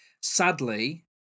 sadly